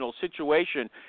situation